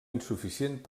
insuficient